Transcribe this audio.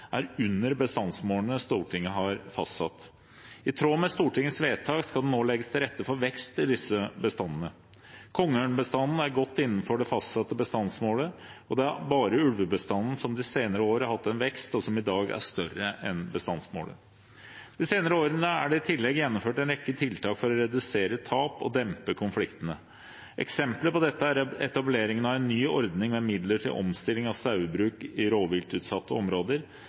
er under bestandsmålene Stortinget har fastsatt. I tråd med Stortingets vedtak skal det nå legges til rette for vekst i disse bestandene. Kongeørnbestanden er godt innenfor det fastsatte bestandsmålet, og det er bare ulvebestanden som de senere år har hatt en vekst, og som i dag er større enn bestandsmålet. De senere årene er det i tillegg gjennomført en rekke tiltak for å redusere tap og dempe konfliktene. Eksempler på dette er etableringen av en ny ordning med midler til omstilling av sauebruk i rovviltutsatte områder,